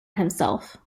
himself